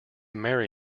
marry